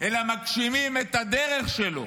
אלא מגשימים את הדרך שלו,